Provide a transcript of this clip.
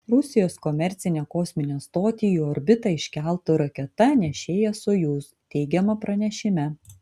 rusijos komercinę kosminę stotį į orbitą iškeltų raketa nešėja sojuz teigiama pranešime